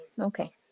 Okay